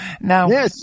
Now